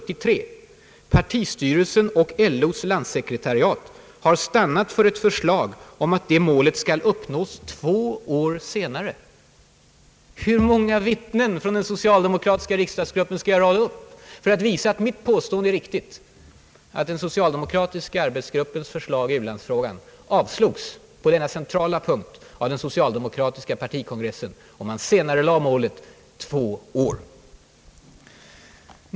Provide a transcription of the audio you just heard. Partistyrelsen och LO:s landssekretariat har stannat för ett förslag om att det målet skall uppnås två år senare.» Hur många vittnen från den socialdemokratiska riksdagsgruppen skall jag rada upp för att visa att mitt påstående är riktigt, att den socialdemokratiska arbetsgruppens förslag i u-landsfrågan avslogs på denna centrala punkt av den socialdemokratiska partikongressen och att man senarelade målet två år?